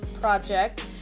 project